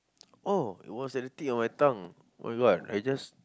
oh it was at the tip of my tongue oh-my-god I just